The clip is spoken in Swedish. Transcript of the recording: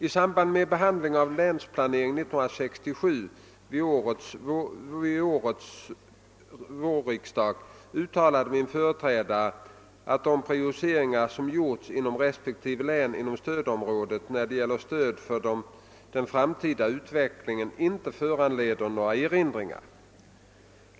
I samband med behandlingen av länsplanering 1967 vid vårens riksdag uttalade min företrädare att de prioriteringar som gjorts inom respektive län inom stödområdet när det gäller stöd för den framtida utvecklingen inte föranledde några erinringar.